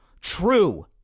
True